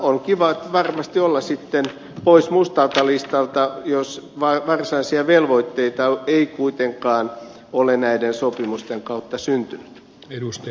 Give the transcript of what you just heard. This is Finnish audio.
on kiva varmasti olla sitten pois mustalta listalta jos varsinaisia velvoitteita ei kuitenkaan ole näiden sopimusten kautta syntynyt